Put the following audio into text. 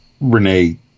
Renee